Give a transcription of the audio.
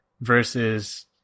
versus